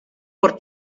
por